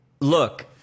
look